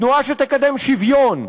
תנועה שתקדם שוויון,